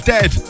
Dead